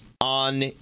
on